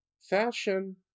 fashion